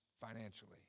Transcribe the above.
financially